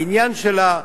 העניין שלה,